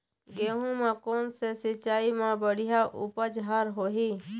गेहूं म कोन से सिचाई म बड़िया उपज हर होही?